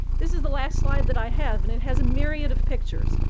this is the last slide that i have, and it has a myriad of pictures.